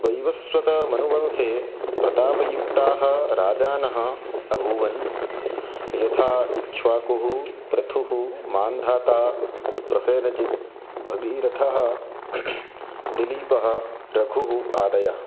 वैवस्वतमनुवंशे प्रतापयुक्ताः राजानः अभूवन् यथा इक्ष्वाकुः पृथुः मान्धाता प्रसेनजित् भगीरथः दिलीपः रघुः आदयः